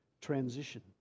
transition